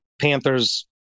Panthers